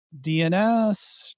DNS